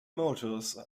motors